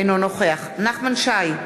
אינו נוכח נחמן שי,